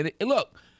Look